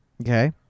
Okay